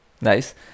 nice